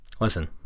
Listen